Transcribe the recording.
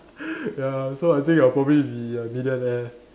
ya so I think I'll probably be a millionaire